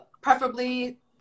preferably